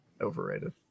overrated